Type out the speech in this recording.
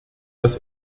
dass